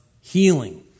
healing